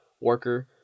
worker